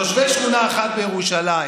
תושבי שכונה אחת בירושלים